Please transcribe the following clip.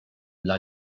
dla